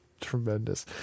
tremendous